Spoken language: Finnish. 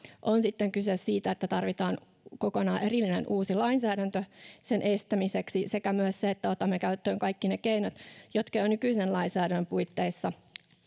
on sitten kyse siitä että tarvitaan kokonaan uusi erillinen lainsäädäntö sen estämiseksi tai siitä että otamme käyttöön kaikki ne keinot jotka jo nykyisen lainsäädännön puitteissa